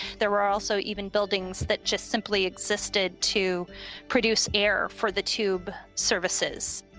there were also even buildings that just simply existed to produce air for the tube services